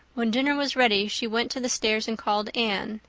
when dinner was ready she went to the stairs and called anne.